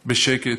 בשקט,